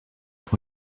pour